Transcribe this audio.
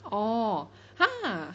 orh !huh!